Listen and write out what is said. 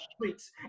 streets